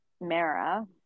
Mara